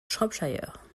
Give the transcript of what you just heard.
shropshire